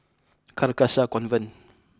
Carcasa Convent